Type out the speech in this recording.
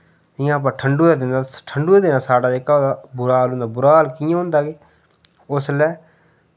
इ'यां ब्हा ठंडु दे दिनै ठंडु दे दिनै साढ़ा जेह्का बुरा हाल होंदा बुरा हाल कि'यां होंदा के उसलै